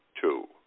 two